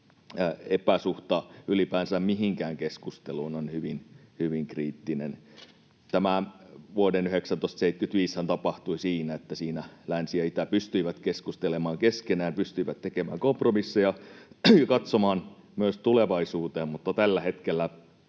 epäsuhta ylipäänsä mihinkään keskusteluun on hyvin kriittinen. Tämä vuoden 1975 Helsingin henkihän tapahtui siinä, että länsi ja itä pystyivät keskustelemaan keskenään, pystyivät tekemään kompromisseja ja katsomaan myös tulevaisuuteen, mutta tällä hetkellä